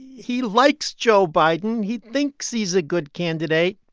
he likes joe biden. he thinks he's a good candidate,